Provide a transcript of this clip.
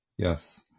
Yes